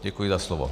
Děkuji za slovo.